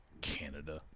Canada